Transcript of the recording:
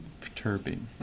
Perturbing